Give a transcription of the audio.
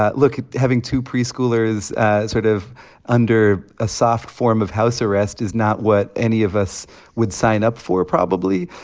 ah look. having two preschoolers sort of under a soft form of house arrest is not what any of us would sign up for, probably.